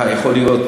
אה, יכול להיות.